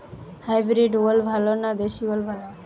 Hybrid ওল ভালো না দেশী ওল ভাল?